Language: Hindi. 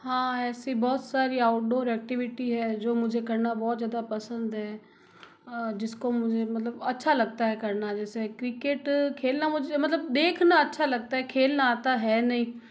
हाँ ऐसी बहुत सारी आउटडोर एक्टिविटी है जो मुझे करना बहुत ज़्यादा पसंद है जिसको मुझे मतलब अच्छा लगता है करना जैसे क्रिकेट खेलना मुझे मतलब देखना अच्छा लगता है खेलना आता है नहीं